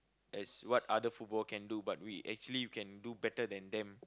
as what other football can do but we actually we can do better than them